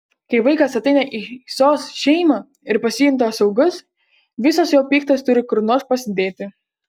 kai vaikas ateina į sos šeimą ir pasijunta saugus visas jo pyktis turi kur nors pasidėti